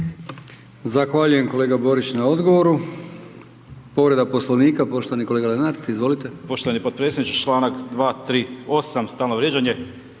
Zahvaljujem kolega Borić na odgovoru. Povreda Poslovnika poštovani kolega Lenart. Izvolite.